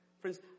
Friends